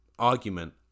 argument